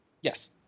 Yes